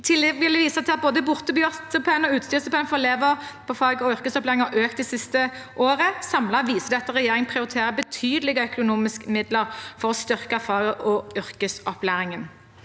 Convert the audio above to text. vil jeg vise til at både borteboerstipend og utstyrsstipend for elever på fag- og yrkesopplæring har økt det siste året. Samlet viser det at regjeringen prioriterer betydelige økonomiske midler for å styrke fag- og yrkesopplæringen.